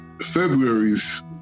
February's